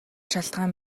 шалтгаан